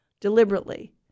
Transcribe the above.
deliberately